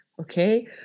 okay